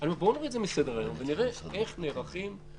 אני אומר: בואו נוריד את זה מסדר-היום ונראה איך נערכים לחירום.